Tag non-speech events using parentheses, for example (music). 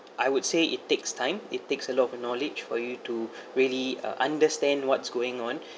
I would say it takes time it takes a lot of knowledge for you to (breath) really uh understand what's going on